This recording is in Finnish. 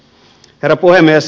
herra puhemies